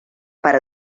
per